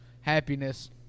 happiness